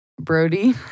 Brody